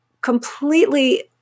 completely